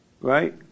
right